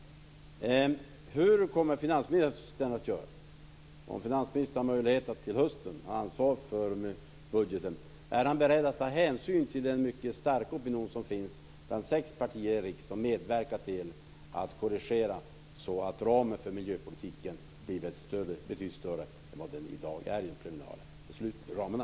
Hur kommer finansministern att göra om finansministern till hösten har möjlighet att ta ansvar för budgeten? Är han beredd att ta hänsyn till den mycket starka opinion som finns bland sex partier i riksdagen och medverka till att korrigera så att ramen för miljöpolitiken blir betydligt större än vad den är i dag i det preliminära beslutet om ramarna?